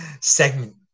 segment